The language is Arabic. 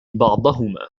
بعضهما